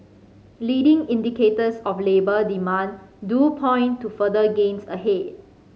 leading indicators of labour demand do point to further gains ahead